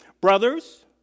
Brothers